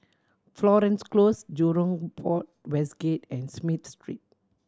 Florence Close Jurong Port West Gate and Smith Street